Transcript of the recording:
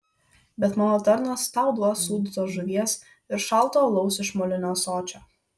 bet mano tarnas tau duos sūdytos žuvies ir šalto alaus iš molinio ąsočio